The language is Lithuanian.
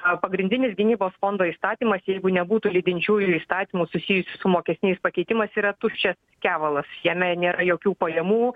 a pagrindinis gynybos fondo įstatymas jeigu nebūtų lydinčiųjų įstatymų susijusių su mokestiniais pakeitimais yra tuščias kevalas jame nėra jokių pajamų